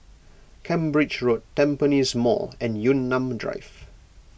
Cambridge Road Tampines Mall and Yunnan Drive